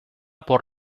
por